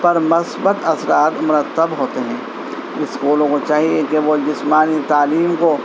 پر مثبت اثرات مرتب ہوتے ہیں اسکولوں کو چاہیے کہ وہ جسمانی تعلیم کو